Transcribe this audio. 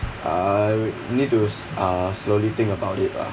I would need to s~ uh slowly think about it lah